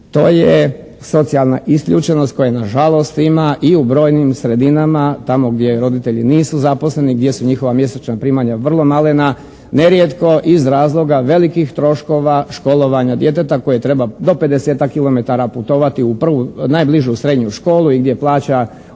to je socijalna isključenost koje na žalost ima i u brojnim sredinama tamo gdje roditelji nisu zaposleni, gdje su njihov mjesečna primanja vrlo malena nerijetko iz razloga velikih troškova školovanja djeteta koje treba do pedesetak kilometara putovati u najbližu srednju školu i gdje plaća oko